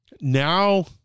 Now